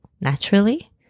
naturally